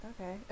Okay